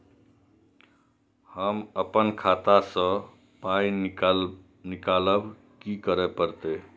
हम आपन खाता स पाय निकालब की करे परतै?